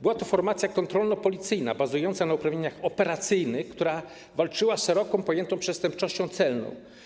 Była to formacja kontrolno-policyjna bazująca na uprawnieniach operacyjnych, która walczyła z szeroko pojętą przestępczością celną.